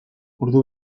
ordu